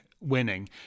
winning